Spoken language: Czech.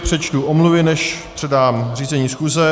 Přečtu omluvy, než předám řízení schůze.